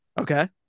Okay